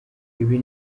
ibi